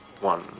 one